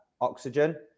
oxygen